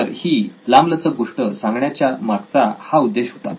तर ही लांबलचक गोष्ट सांगण्याच्या मागचा हा उद्देश होता